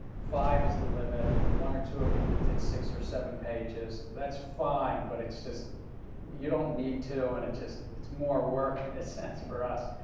five is the limit. ah one or two of you that did six or seven pages. that's fine, but it's just you don't need to, and it's more work, in a sense, for us.